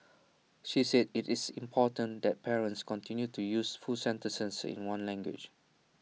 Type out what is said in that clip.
she said IT is important that parents continue to use full sentences in one language